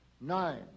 Nine